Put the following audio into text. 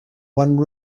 one